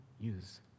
use